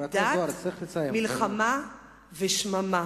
מלחמה ושממה.